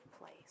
place